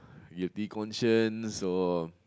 guilty conscience or